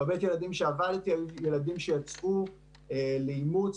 בבית הילדים שעבדתי היו ילדים שהוצעו לאימוץ,